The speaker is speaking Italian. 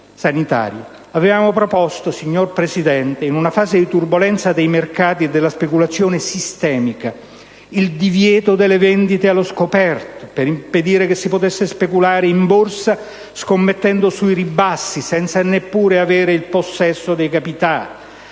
18,30)** (*Segue* LANNUTTI). Signora Presidente, in una fase di turbolenza dei mercati e della speculazione sistemica avevamo proposto il divieto delle vendite allo scoperto per impedire che si possa speculare in borsa scommettendo sui ribassi senza neppure avere il possesso dei titoli.